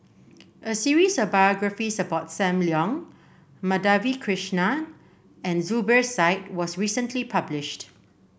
a series of biographies about Sam Leong Madhavi Krishnan and Zubir Said was recently published